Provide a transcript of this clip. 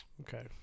Okay